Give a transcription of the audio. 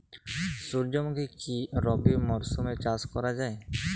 সুর্যমুখী কি রবি মরশুমে চাষ করা যায়?